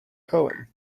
cohen